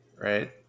Right